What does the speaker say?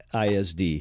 ISD